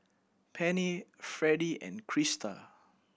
Penni Freddy and Krista